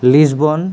Lisbon